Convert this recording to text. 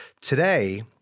Today